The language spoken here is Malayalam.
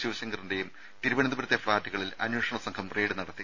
ശിവശങ്കറിന്റെയും തിരുവനന്തപുരത്തെ ഫ്ലാറ്റുകളിൽ അന്വേഷണസംഘം റെയ്ഡ് നടത്തി